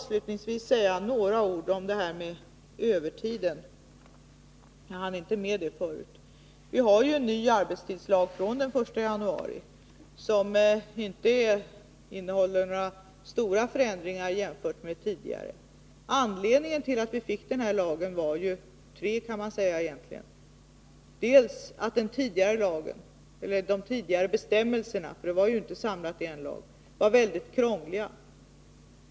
Sedan några ord om det här med övertiden. Jag hann inte med det förut. Vi har ju en ny arbetstidslag fr.o.m. den 1 januari. Denna innehåller inte några stora förändringar i jämförelse med tidigare lag. Man kan säga att det fanns tre viktiga anledningar till att den här lagen kom till: 1. De tidigare bestämmelserna — dessa var ju inte samlade i en lag — var synnerligen krångliga.